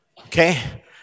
okay